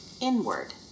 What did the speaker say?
inward